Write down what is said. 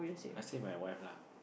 I stay with my wife lah